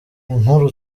nkuru